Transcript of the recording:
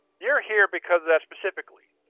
you're here because of that specifically.